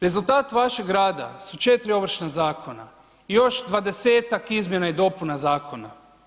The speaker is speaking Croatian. Rezultat vašeg rada su 4 Ovršna zakona, još 20-tak izmjena i dopuna zakona.